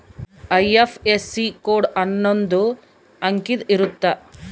IFSC code ಅನ್ನೊಂದ್ ಅಂಕಿದ್ ಇರುತ್ತ